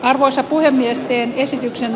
arvoisa puhemies esityksen